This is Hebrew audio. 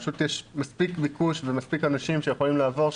פשוט יש מספיק ביקוש ומספיק אנשים שיכולים לעבור,